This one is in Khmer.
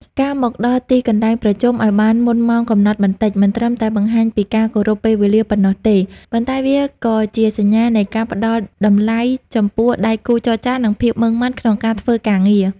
ការមកដល់ទីកន្លែងប្រជុំឱ្យបានមុនម៉ោងកំណត់បន្តិច មិនត្រឹមតែបង្ហាញពីការគោរពពេលវេលាប៉ុណ្ណោះទេ ប៉ុន្តែវាក៏ជាសញ្ញានៃការផ្តល់តម្លៃចំពោះដៃគូចរចា និងភាពម៉ឺងម៉ាត់ក្នុងការធ្វើការងារ។